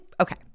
okay